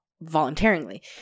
voluntarily